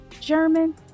German